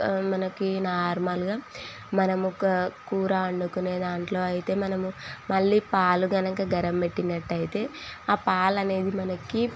మనకి నార్మల్గా మనం ఒక కూర వండుకునే దాంట్లో అయితే మనము మళ్ళీ పాలు కనుక గరం పెట్టినట్టయితే ఆ పాలు అనేది మనకి